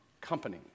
company